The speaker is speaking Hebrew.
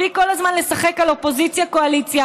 מספיק כל הזמן לשחק על אופוזיציה קואליציה.